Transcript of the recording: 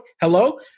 Hello